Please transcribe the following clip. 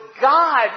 God